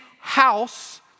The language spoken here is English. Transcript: house